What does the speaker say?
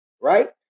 right